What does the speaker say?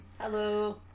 Hello